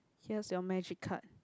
here's your magic card